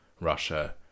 Russia